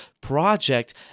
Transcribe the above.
project